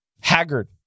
Haggard